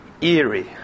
eerie